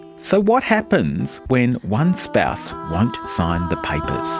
so what happens when one spouse won't sign the papers?